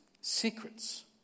secrets